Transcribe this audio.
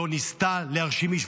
לא ניסתה להרשים איש,